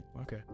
Okay